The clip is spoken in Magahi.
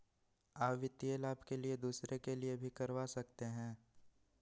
आ वित्तीय लाभ के लिए दूसरे के लिए भी करवा सकते हैं?